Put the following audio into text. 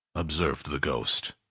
observed the ghost.